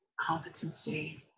competency